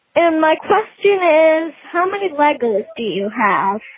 and my question is, how many legos do you have?